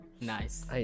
Nice